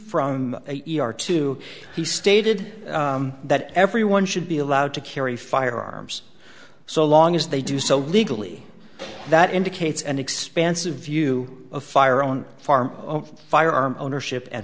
from a e r two he stated that everyone should be allowed to carry firearms so long as they do so legally that indicates an expansive view of fire own farm firearm ownership and